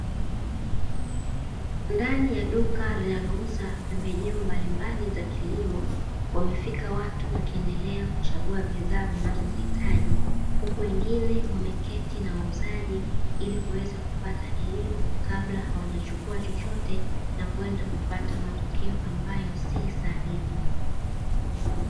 Ndani ya duka linalouza pembejeo mbalimbali za kilimo wamefika watu wakiendelea kuchagua bidhaa wanazozihitaji huku wengine wameketi na wauzaji ili kuweza kupata elimu kabla hawajachukua chochote na kwenda kupata matokeo ambayo si sahihi.